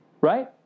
Right